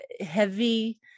heavy